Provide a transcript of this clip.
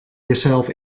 jezelf